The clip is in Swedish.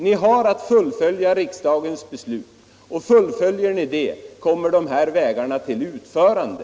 Ni har att fullfölja riksdagens beslut, och fullföljer ni det, så kommer de vägarna till utförande.